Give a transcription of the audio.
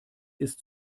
ist